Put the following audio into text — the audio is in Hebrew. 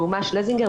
ראומה שלזינגר,